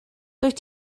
dwyt